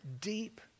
deep